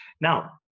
Now